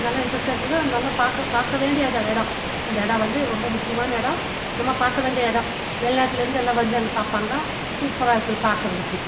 நல்ல இன்ட்ரஸ்ட்டாக இருக்குது நல்ல பார்க்க பார்க்கவேண்டிய எடம் அந்த எடம் வந்து ரொம்ப முக்கியமான எடம் நம்ம பார்க்கவேண்டிய எடம் வெளிநாட்லருந்து எல்லாம் வந்து அங்கே பார்ப்பாங்க சூப்பராக இருக்குது பார்க்குறதுக்கு